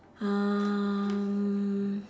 um